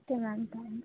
okay madam thank you